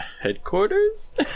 headquarters